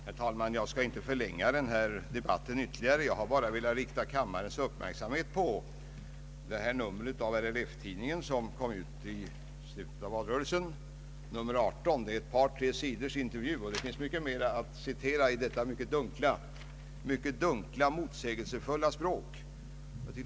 Herr talman! Jag skall inte förlänga denna debatt ytterligare. Jag har bara velat rikta kammarens uppmärksamhet på det nummer av RLF-tidningen som utkom i slutet av valrörelsen. Det var en intervju på ett par tre sidor, och det finns mycket mer att citera av detta dunkla, motsägelsefulla språk.